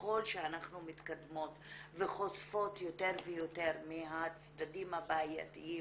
ככל שאנחנו מתקדמות וחושפות יותר ויותר מהצדדים הבעייתיים